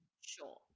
sure